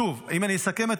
שוב, אם אני אסכם את